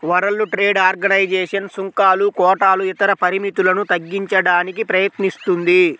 world trade organisation సుంకాలు, కోటాలు ఇతర పరిమితులను తగ్గించడానికి ప్రయత్నిస్తుంది